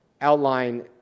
outline